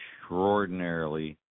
extraordinarily